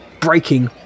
breaking